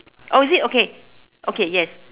oh is it okay okay yes